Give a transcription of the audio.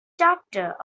chapter